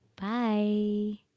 Bye